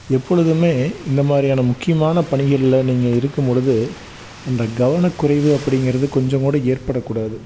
எப்பொழுதுமே இந்த மாதிரியான முக்கியமான பணிகளில் நீங்கள் இருக்கும் பொழுது அந்த கவனக்குறைவு அப்படிங்கிறது கொஞ்சம் கூட ஏற்படக்கூடாது